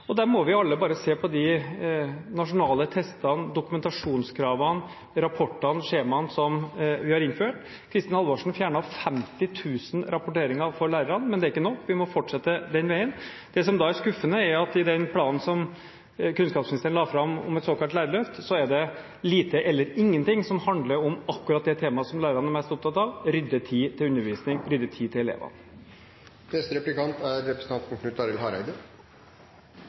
oss. Da må vi alle bare se på de nasjonale testene, dokumentasjonskravene, rapportene og skjemaene som vi har innført. Kristin Halvorsen fjernet 50 000 rapporteringer for lærerne, men det er ikke nok, vi må fortsette den veien. Det som er skuffende, er at i den planen som kunnskapsministeren la fram om et såkalt lærerløft, er det lite eller ingenting som handler om akkurat det temaet som lærerne er mest opptatt av – å rydde tid til undervisning, rydde tid til elevene. Representanten Giske kjenner veldig godt til ideell sektor. Det er